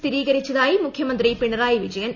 സ്ഥിരീകരിച്ചതായി മുഖ്യമന്ത്രി പിണറായി വിജയൻ